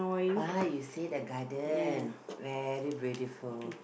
why you say the garden very beautiful